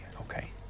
okay